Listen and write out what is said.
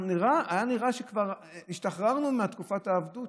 היה נראה שכבר השתחררנו מתקופת העבדות.